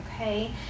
Okay